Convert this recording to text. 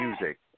music